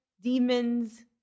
demons